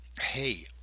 hey